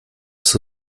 ist